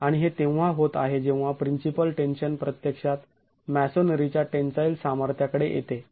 आणि हे तेव्हा होत आहे जेव्हा प्रिन्सिपल टेन्शन प्रत्यक्षात मॅसोनरीच्या टेन्साईल सामर्थ्याकडे येते